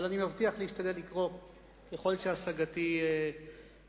אבל אני מבטיח להשתדל לקרוא ככל שהשגתי מגיעה,